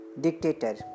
dictator